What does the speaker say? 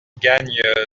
gagne